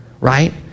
Right